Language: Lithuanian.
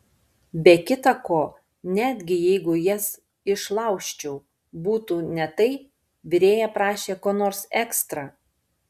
be kita ko netgi jeigu jas išlaužčiau būtų ne tai virėja prašė ko nors ekstra